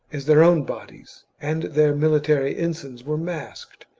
as their own bodies and their military ensigns were masked,